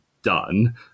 done